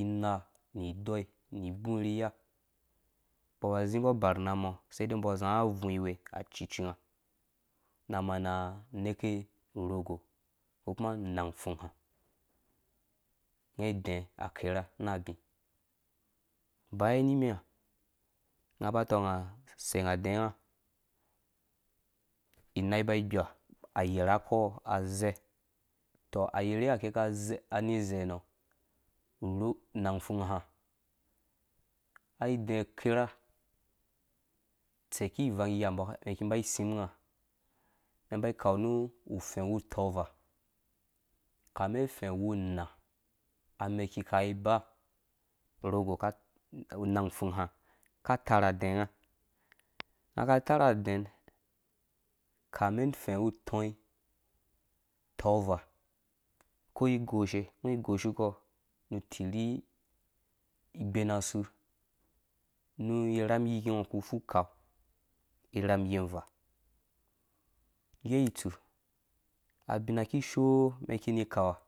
ina nu idɔi nu ibũ ri iya, umbɔ aba zimbɔ ubar na umɔ̃ usai dai umbɔ aziã abvuĩ we cicinga na mana aneke urhogo ku kuma unan pfum ma, ake adɛɛ̃ akɛra na abĩ. baya nimiã unga aba atɔng aseng adɛã nga, inai iba igba ayerha kɔ aizɛ, utɔ, ayerhe ha aka ani izɛ hanɔ unang upfung ha ai deã kera uteki ivang iyi h umɛn iki imba isĩm nga. umɛn imba ikau nu ufɛ̃ uwu utɔɔva ukana ufɛ̃ uwu unaã amɛk akikai iba rhogo aka, unang pfung ha aka atar adeã nga. unga aka itar adɛɛ̃ ukamin ufɛ̃ uwu utuĩ utɔɔva, uko igoshe. ungo igoshukɔ nu utirhi igbenasu nu irham iyi ngo uku upfu ukau irham iyi uvaa nggea itsu abina ikishoo ikini akau ha